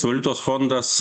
valiutos fondas